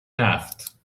نفت